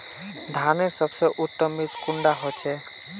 धानेर सबसे उत्तम बीज कुंडा होचए?